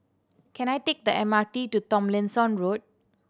can I take the M R T to Tomlinson Road